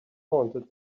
taunted